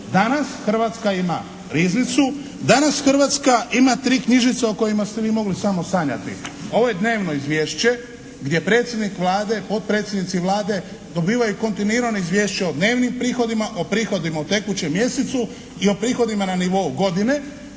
Danas Hrvatska ima riznicu, danas Hrvatska ima tri knjižice o kojima ste vi mogli samo sanjati. Ovo je dnevno izvješće gdje predsjednik Vlade, potpredsjednici Vlade dobivaju kontinuirano izvješće o dnevnim prihodima, o prihodima u tekućem mjesecu i o prihodima na nivou godine